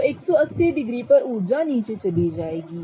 तो 180 डिग्री पर ऊर्जा नीचे चली जाएगी